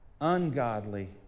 ungodly